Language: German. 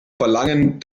verlangen